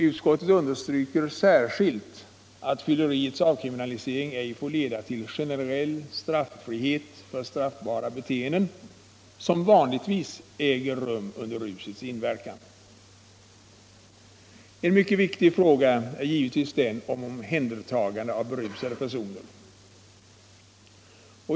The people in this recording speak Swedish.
Utskottet understryker särskilt att fylleriets avkriminalisering inte får leda till generell straffrihet för straffbara beleenden som vanligtvis äger rum under rusets inverkan. En mycket viktig fråga är givetvis den om omhändertagande av berusade personer.